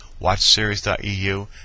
watchseries.eu